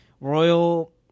Royal